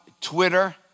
Twitter